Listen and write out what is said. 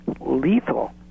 lethal